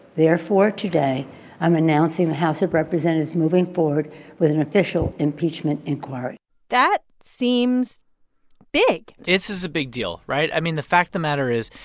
therefore, today i'm announcing the house of representatives moving forward with an official impeachment inquiry that seems big this is a big deal, right? i mean, the fact of the matter is,